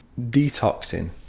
detoxing